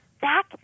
Zach